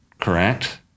Correct